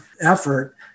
effort